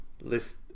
list